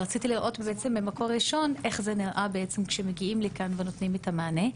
ורציתי לראות ממקור ראשון איך זה נראה כשמגיעים לכאן ונותנים את המענה.